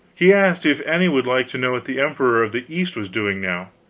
he asked if any would like to know what the emperor of the east was doing now?